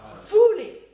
fully